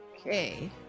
Okay